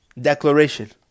Declaration